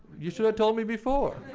you should have told me before.